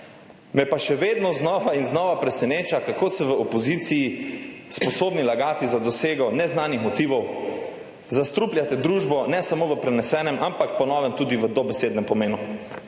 me pa še vedno znova in znova preseneča, kako se v opoziciji sposobni lagati za dosego neznanih motivov. Zastrupljate družbo ne samo v prenesenem, ampak po novem tudi v dobesednem pomenu.